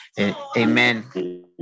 Amen